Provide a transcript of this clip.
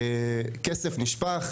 כסף נשפך,